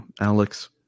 Alex